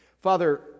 Father